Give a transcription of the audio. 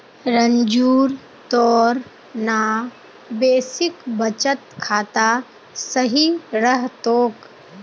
रंजूर तोर ना बेसिक बचत खाता सही रह तोक